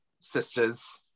sisters